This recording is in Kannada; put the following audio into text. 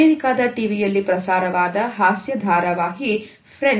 ಅಮೆರಿಕದ ಟಿವಿಯಲ್ಲಿ ಪ್ರಸಾರವಾದ ಹಾಸ್ಯ ಧಾರಾವಾಹಿ F